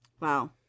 Wow